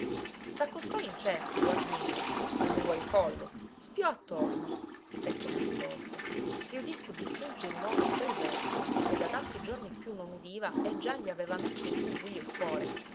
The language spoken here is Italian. sommesso s'accostò incerto guardingo allungò il collo spiò attorno stette in ascolto riudì più distinti i rumori e quel verso che da tanti giorni più non udiva e già gli aveva messo in subbuglio il cuore